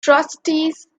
trustees